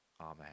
Amen